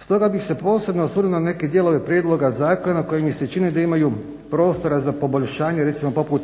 Stoga bi se posebno osvrnuo na neke dijelove prijedloga zakona koje mi se čine da imaju prostora za poboljšanje recimo poput